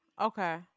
Okay